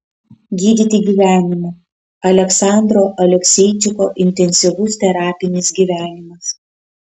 gydyti gyvenimu aleksandro alekseičiko intensyvus terapinis gyvenimas